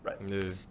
Right